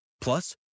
Plus